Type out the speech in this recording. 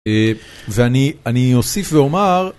ואני אוסיף ואומר...